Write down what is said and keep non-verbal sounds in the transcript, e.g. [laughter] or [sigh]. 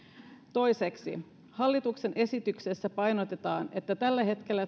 toiseksi hallituksen esityksessä painotetaan että tällä hetkellä [unintelligible]